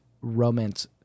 romance